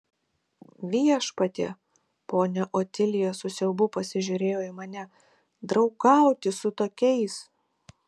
viešpatie ponia otilija su siaubu pasižiūrėjo į mane draugauti su tokiais